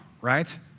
right